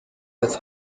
des